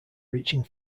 reaching